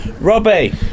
Robbie